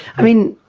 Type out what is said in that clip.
i mean,